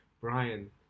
brian